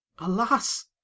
alas